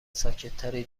ساکتتری